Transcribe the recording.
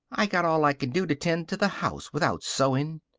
i got all i can do to tend to the house, without sewing.